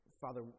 Father